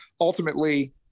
ultimately